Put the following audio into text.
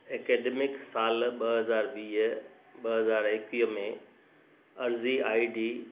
academic साल ॿ हज़ार वीह ॿ हज़ार एकवीह में अर्ज़ी आई डी